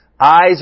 Eyes